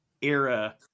era